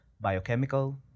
biochemical